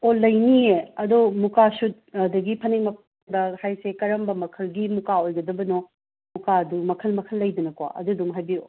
ꯑꯣ ꯂꯩꯅꯤꯌꯦ ꯑꯗꯣ ꯃꯨꯀꯥꯁꯨꯠ ꯑꯗꯒꯤ ꯐꯅꯦꯛ ꯃꯛ ꯍꯥꯏꯁꯦ ꯀꯔꯝꯕ ꯃꯈꯜꯒꯤ ꯃꯨꯀꯥ ꯑꯣꯏꯒꯗꯕꯅꯣ ꯃꯨꯀꯥꯗꯣ ꯃꯈꯜ ꯃꯈꯜ ꯂꯩꯗꯅꯀꯣ ꯑꯗꯣ ꯑꯗꯨꯝ ꯍꯥꯏꯕꯤꯔꯛꯑꯣ